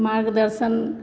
मार्गदर्शन